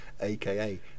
aka